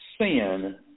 sin